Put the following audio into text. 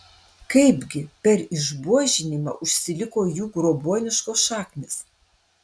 kaipgi per išbuožinimą užsiliko jų grobuoniškos šaknys